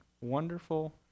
wonderful